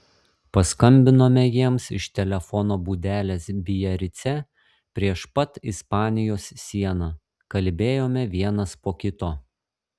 paskambinome jiems iš telefono būdelės biarice prieš pat ispanijos sieną kalbėjome vienas po kito